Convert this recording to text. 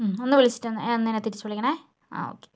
ഉം ഒന്ന് വിളിച്ചിട്ട് ഒന്ന് എന്നെ തിരിച്ചു വിളിക്കണേ ആ ഒക്കെ